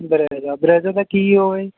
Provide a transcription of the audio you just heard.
Brezza Brezza ਦਾ ਕੀ ਉਹ ਏ